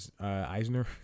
Eisner